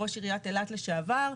ראש עיריית אילת לשעבר.